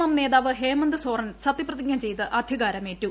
M നേതാവ് ഹേമന്ദ് സോറൻ സത്യപ്രതിജ്ഞ ചെയ്ത് അധികാരമേറ്റു